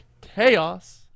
chaos